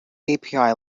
api